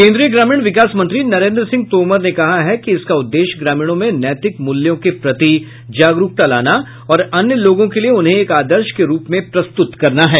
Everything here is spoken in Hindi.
केंद्रीय ग्रामीण विकास मंत्री नरेन्द्र सिंह तोमर ने कहा कि इसका उद्देश्य ग्रामीणों में नैतिक मूल्यों के प्रति जागरूकता लाना और अन्य लोगों के लिए उन्हें एक आदर्श के रूप में प्रस्तुत करना है